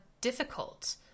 difficult